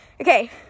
okay